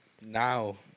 now